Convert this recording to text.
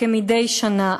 מדי שנה,